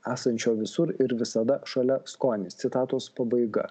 esančio visur ir visada šalia skonis citatos pabaiga